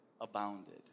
abounded